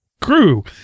crew